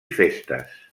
festes